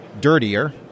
dirtier